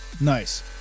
nice